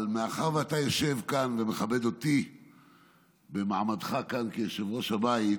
אבל מאחר שאתה יושב כאן ומכבד אותי במעמדך כאן כיושב-ראש הבית,